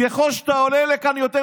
ככל שאתה עולה לכאן יותר,